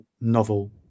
novel